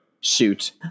shoot